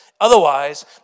Otherwise